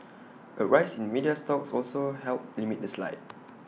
A rise in media stocks also helped limit the slide